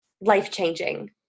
life-changing